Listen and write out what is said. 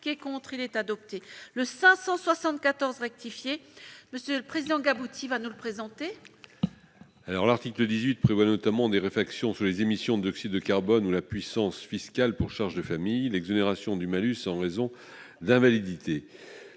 L'article 18 a notamment trait aux émissions de dioxyde de carbone, à la puissance fiscale pour charges de famille et à l'exonération de malus en raison d'invalidité.